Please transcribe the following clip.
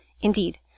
Indeed